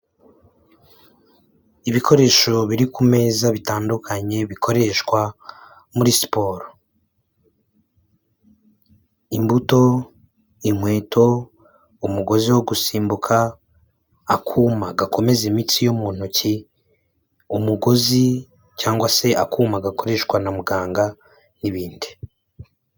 Ibikoresho biri ku meza bitandukanye bikoreshwa muri siporo: imbuto, inkweto, umugozi wo gusimbuka, akuma gakomeza imitsi yo mu ntoki, umugozi cyangwa se akuma gakoreshwa na muganga n'ibindi.